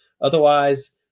Otherwise